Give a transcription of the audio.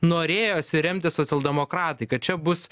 norėjosi remtis socialdemokratai kad čia bus